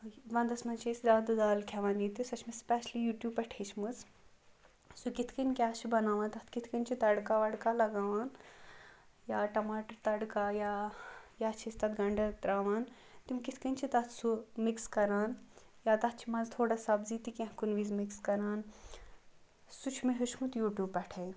وَنٛدَس مَنز چھِ أسۍ زیادٕ دال کھیٚوان ییٚتہِ تہٕ سۄ چھِ مےٚ سُپیٚشلی یوٗ ٹیٛوٗب پیٚٹھ ہیٚچھمٕژ سُہ کِتھٕ کٔنۍ کیٛاہ چھُ بَناوان تَتھ کِتھٕ کٔنۍ چھِ تَڑکا وَڑکا لَگاوان یا ٹَماٹر تَڑکا یا یا چھِ أسۍ تتھ گَنڈٕ ترٛاوان تِم کِتھٕ کٔنۍ چھِ تتھ سُہ مِکٕس کَران یا تتھ چھِ منٛزٕ تھوڑا سبزی تہِ کُنہِ وِزِ مِکٕس کَران سُہ چھُ مےٚ ہیٚوچھمُت یوٗ ٹیٛوٗب پیٚٹھٕے